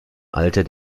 alter